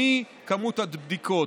במספר הבדיקות.